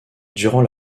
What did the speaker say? durant